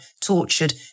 tortured